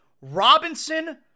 Robinson